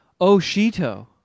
Oshito